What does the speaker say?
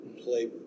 play